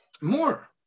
More